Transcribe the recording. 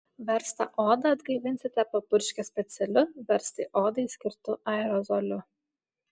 verstą odą atgaivinsite papurškę specialiu verstai odai skirtu aerozoliu